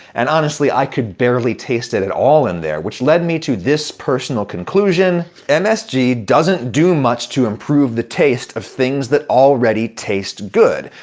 and honestly, i could barely taste it at all in there, which lead me to this personal conclusion um msg doesn't do much to improve the taste of things that already taste good,